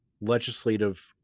legislative